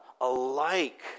alike